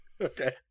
Okay